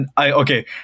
Okay